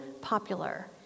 popular